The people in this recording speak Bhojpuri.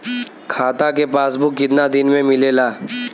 खाता के पासबुक कितना दिन में मिलेला?